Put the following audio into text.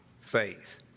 faith